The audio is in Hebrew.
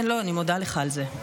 כן, אני מודה לך על זה.